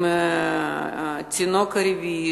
עם תינוק רביעי.